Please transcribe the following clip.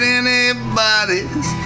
anybody's